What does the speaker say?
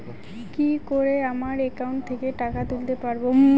কি করে আমার একাউন্ট থেকে টাকা তুলতে পারব?